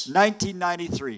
1993